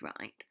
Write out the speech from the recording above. right